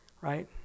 right